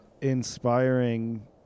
inspiring